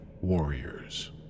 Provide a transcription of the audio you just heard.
warriors